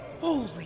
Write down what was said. Holy